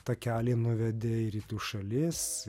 takeliai nuvedė į rytų šalies